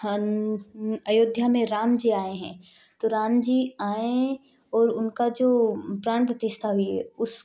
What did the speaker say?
अयोध्या में राम जी आएँ हैं तो राम जी आए और उनका जो प्राण प्रतिष्ठा हुई है उस